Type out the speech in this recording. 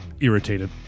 irritated